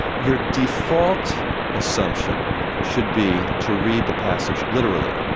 your default assumption should be to read the passage literally.